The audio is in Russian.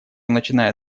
начиная